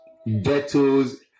ghettos